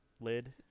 lid